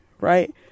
right